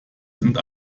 sind